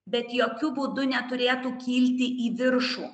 bet jokiu būdu neturėtų kilti į viršų